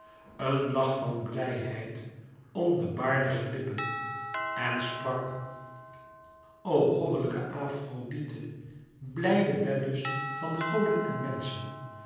een lach van blijheid om de baardige lippen en sprak o goddelijke afrodite blijde wellust van goden en menschen